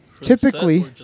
Typically